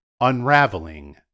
Unraveling